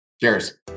Cheers